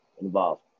involved